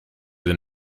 than